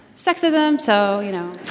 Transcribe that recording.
sexism so, you know.